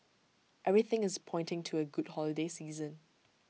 everything is pointing to A good holiday season